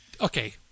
Okay